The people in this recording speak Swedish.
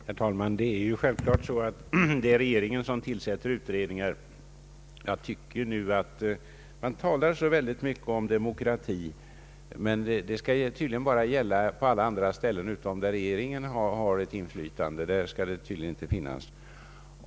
Herr talman! Det är självklart regeringen som tillsätter utredningar. Jag tycker att man nu för tiden talar så mycket om demokrati, men det skall tydligen bara gälla på alla andra områden än där regeringen har inflytande. Där skall tydligen inte demokrati finnas.